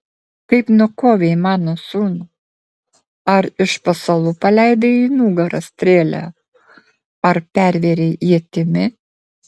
kaip nukovei mano sūnų ar iš pasalų paleidai į nugarą strėlę ar pervėrei ietimi